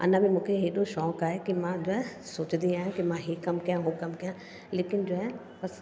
अञा बि मूंखे हेॾो शौक़ु आहे कि मां जो आहे सोचंदी आहियां कि मां इहे कमु कयां उहो कमु कयां लेकिनि जो आहे